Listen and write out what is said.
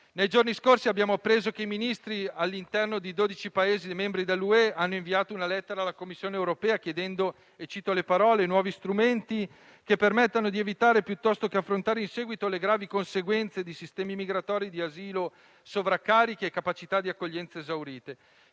Nei giorni scorsi, abbiamo appreso che i Ministri dell'interno di dodici Paesi membri dell'Unione europea hanno inviato una lettera alla Commissione europea chiedendo nuovi strumenti che permettano di evitare, piuttosto che affrontare in seguito, le gravi conseguenze di sistemi migratori e di asilo sovraccarichi e capacità di accoglienza esaurite,